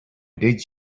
did